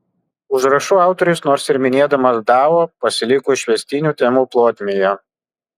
užrašų autorius nors ir minėdamas dao pasiliko išvestinių temų plotmėje